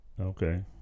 okay